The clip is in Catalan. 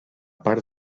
part